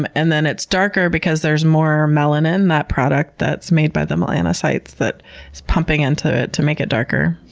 and and then it's darker because there's more melanin, that product that's made by the melanocytes, that is pumping into it to make it darker.